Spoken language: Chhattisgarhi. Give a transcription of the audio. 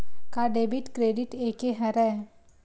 का डेबिट क्रेडिट एके हरय?